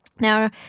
Now